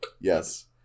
Yes